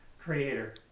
Creator